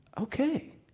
okay